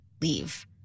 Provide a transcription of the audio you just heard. leave